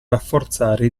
rafforzare